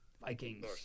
Vikings